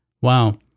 Wow